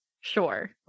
sure